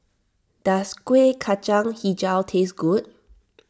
does Kuih Kacang HiJau taste good